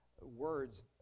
words